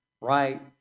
right